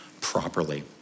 Properly